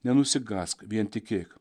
nenusigąsk vien tikėk